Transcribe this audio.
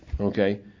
Okay